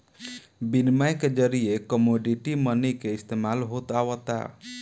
बिनिमय के जरिए कमोडिटी मनी के इस्तमाल होत आवता